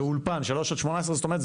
באולפן זאת אומרת,